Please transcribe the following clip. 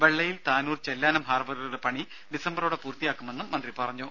വെള്ളയിൽ താനൂർ ചെല്ലാനം ഹാർബറുകളുടെ പണി ഡിസംബറോടെ പൂർത്തിയാക്കുമെന്നും മന്ത്രി പറഞ്ഞു